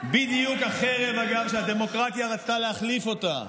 בדיוק החרב, אגב, שהדמוקרטיה רצתה להחליף אותה,